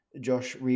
josh